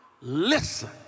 listen